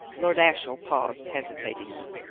lord ashiel paused hesitatingly,